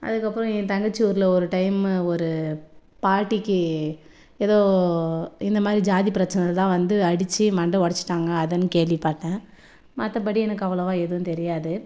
அதுக்கப்புறம் என் தங்கச்சி ஊரில் ஒரு டைமு ஒரு பாட்டிக்கு ஏதோ இந்தமாதிரி ஜாதி பிரச்சனை தான் வந்து அடித்து மண்டை ஒடைச்சிட்டாங்க அதுன்னு கேள்விப்பட்டேன் மற்றபடி எனக்கு அவ்வளவாக எதுவும் தெரியாது